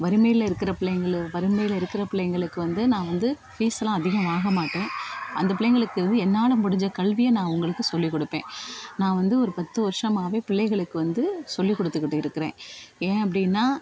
வறுமையில் இருக்கிற பிள்ளைகள வறுமையில் இருக்கிற பிள்ளைகளுக்கு வந்து நான் வந்து ஃபீஸ்லாம் அதிகமாக வாங்க மாட்டேன் அந்த பிள்ளைகளுக்கு வந்து என்னால் முடிஞ்ச கல்வியை நான் அவங்களுக்கு சொல்லிக் குடுப்பேன் நான் வந்து ஒரு பத்து வருஷமாகவே பிள்ளைகளுக்கு வந்து சொல்லிக் கொடுத்துக்கிட்டு இருக்கிறேன் ஏன் அப்படின்னா